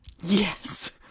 Yes